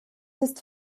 ist